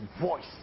voice